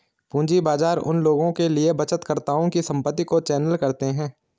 पूंजी बाजार उन लोगों के लिए बचतकर्ताओं की संपत्ति को चैनल करते हैं